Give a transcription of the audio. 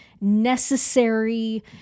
necessary